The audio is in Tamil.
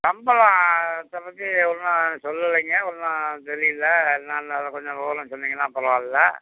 சம்பளம் இப்போதைக்கி எவ்வளோனு சொல்லலிங்க ஒன்னும் தெரியல என்னன்னு அதை கொஞ்சம் விவரம் சொன்னீங்கின்னால் பரவாயில்ல